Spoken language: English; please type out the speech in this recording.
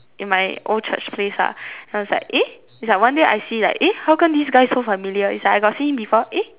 in my old church place lah and I was like eh it's like one day I see like eh how come this guy so familiar it's like I got see him before eh